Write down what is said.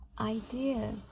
idea